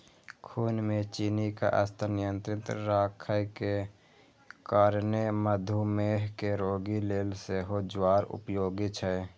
खून मे चीनीक स्तर नियंत्रित राखै के कारणें मधुमेह के रोगी लेल सेहो ज्वार उपयोगी छै